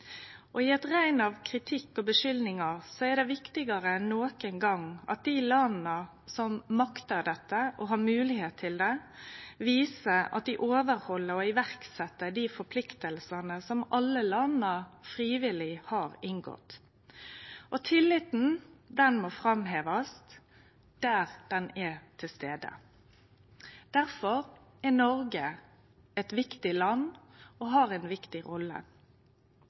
I eit regn av kritikk og skuldingar er det viktigare enn nokon gong at dei landa som maktar dette og har moglegheit til det, viser at dei overheld og set i verk dei forpliktingane som alle landa frivillig har inngått. Og tilliten må framhevast der han er til stades, difor er Noreg eit viktig land og har ei viktig rolle.